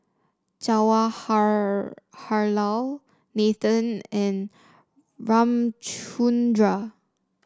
Nathan and Ramchundra